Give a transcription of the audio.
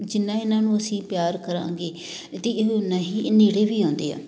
ਜਿੰਨਾ ਇਹਨਾਂ ਨੂੰ ਅਸੀਂ ਪਿਆਰ ਕਰਾਂਗੇ ਅਤੇ ਇਹ ਉਨਾ ਹੀ ਨੇੜੇ ਵੀ ਆਉਂਦੇ ਆ